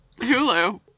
Hulu